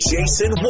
Jason